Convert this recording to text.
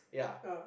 yeah